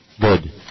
Good